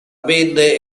venne